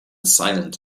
silent